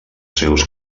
seus